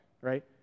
right